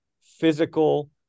physical